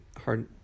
hard